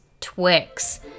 Twix